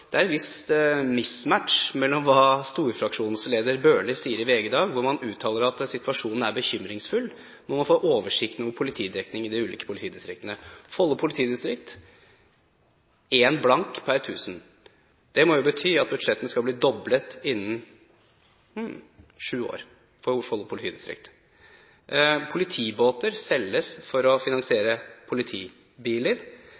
er en viss mismatch når storfraksjonsleder Bøhler i VG i dag uttaler at situasjonen er bekymringsfull, og at man må få oversikten over politidekningen i de ulike politidistriktene. Follo politidistrikt – en blank per tusen. Det må jo bety at budsjettene skal bli doblet innen sju år for Follo politidistrikt. Politibåter selges for å